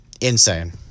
Insane